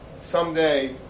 Someday